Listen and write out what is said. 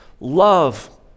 love